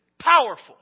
powerful